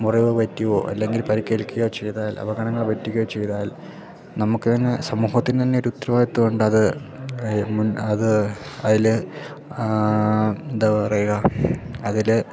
മുറിവ് പറ്റിയോ അല്ലെങ്കിൽ പരിക്കേൽക്കുകയോ ചെയ്താൽ അപകടങ്ങൾ പറ്റുകയോ ചെയ്താൽ നമുക്കു തന്നെ സമൂഹത്തിനു തന്നെ ഒരു ഉത്തരവാദിത്വം ഉണ്ട് അത് മുൻ അത് അതിൽ എന്താ പറയുക അതിൽ